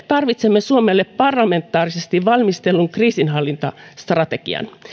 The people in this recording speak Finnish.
tarvitsemme suomelle parlamentaarisesti valmistellun kriisinhallintastrategian